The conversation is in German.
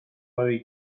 eure